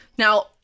Now